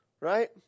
Right